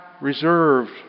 reserved